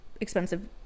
expensive